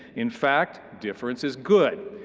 in fact, difference is good.